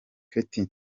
ketia